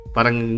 Parang